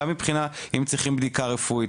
גם מבחינת אם צריך בדיקה רפואית,